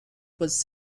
was